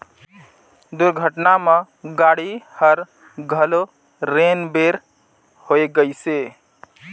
दुरघटना म गाड़ी हर घलो रेन बेर होए गइसे